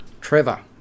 trevor